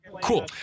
Cool